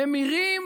ממירים